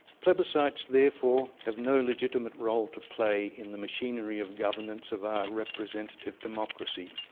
plebiscites, therefore, have no legitimate role to play in the machinery of governance of our representative democracy.